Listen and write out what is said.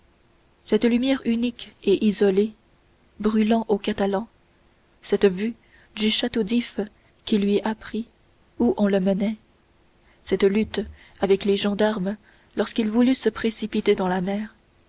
cette lumière unique et isolée brûlant aux catalans cette vue du château d'if qui lui apprit où on le menait cette lutte avec les gendarmes lorsqu'il voulut se précipiter dans la mer